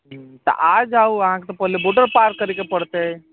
तऽ आ जाउ अहाँके तऽ पहिले बोर्डर पार करऽके पड़तै